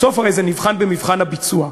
בסוף הרי זה נבחן במבחן הביצוע.